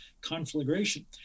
conflagration